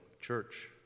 church